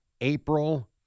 April